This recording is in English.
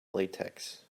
latex